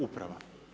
Uprava.